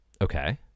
okay